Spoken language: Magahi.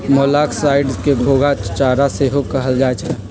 मोलॉक्साइड्स के घोंघा चारा सेहो कहल जाइ छइ